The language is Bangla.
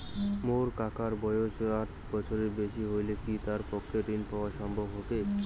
মোর কাকার বয়স ষাট বছরের বেশি হলই কি তার পক্ষে ঋণ পাওয়াং সম্ভব হবি?